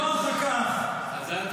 אומר לך כך --- שר הבינוי והשיכון יצחק